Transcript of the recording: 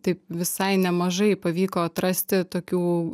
taip visai nemažai pavyko atrasti tokių